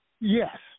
Yes